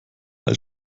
als